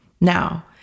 Now